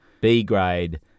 B-grade